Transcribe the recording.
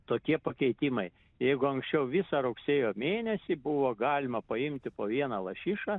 tokie pakeitimai jeigu anksčiau visą rugsėjo mėnesį buvo galima paimti po vieną lašišą